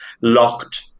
locked